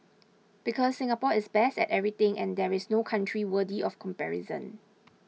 because Singapore is best at everything and there is no country worthy of comparison